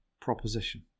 proposition